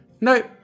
Nope